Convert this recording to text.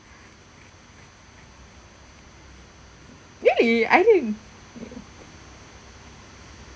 really I didn't